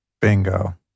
Bingo